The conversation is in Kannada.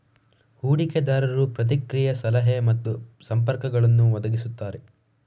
ಹೂಡಿಕೆದಾರರು ಪ್ರತಿಕ್ರಿಯೆ, ಸಲಹೆ ಮತ್ತು ಸಂಪರ್ಕಗಳನ್ನು ಒದಗಿಸುತ್ತಾರೆ